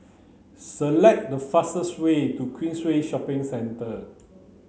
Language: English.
select the fastest way to Queensway Shopping Centre